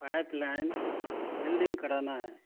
pipe line welding کرانا ہے